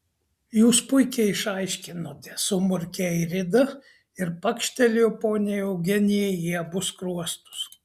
jūs puikiai išaiškinote sumurkė airida ir pakštelėjo poniai eugenijai į abu skruostus